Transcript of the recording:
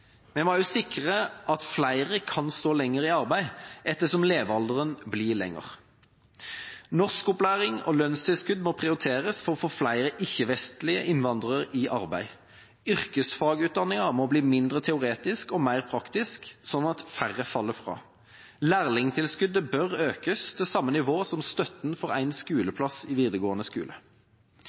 Vi må også sikre at flere kan stå lenger i arbeid ettersom levealderen blir lengre. Norskopplæring og lønnstilskudd må prioriteres for å få flere ikke-vestlige innvandrere i arbeid. Yrkesfagutdanningen må bli mindre teoretisk og mer praktisk, slik at færre faller fra. Lærlingtilskuddet bør økes til samme nivå som støtten for en skoleplass i videregående skole.